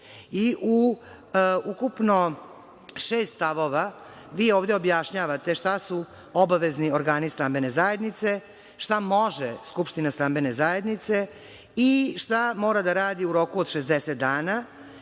Ukupno u šest stavova, vi ovde objašnjavate šta su obavezni organi stambene zajednice, šta može skupština stambene zajednice i šta mora da radi u roku od 60 dana,